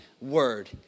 word